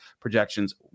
projections